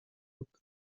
look